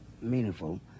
meaningful